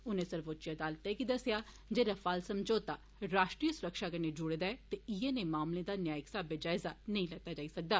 उनें सर्वोच्चय अदालतै गी दस्सेआ जे रफाल समझौता राष्ट्रीय सुरक्षा कन्नै जुडे दा ऐ ते इय्यै नेह् मामलें दा न्यायिक स्हावे जायज़ा नेई लैता जाई सकै